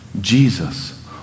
Jesus